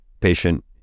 patient